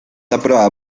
aprobada